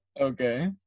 Okay